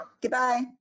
Goodbye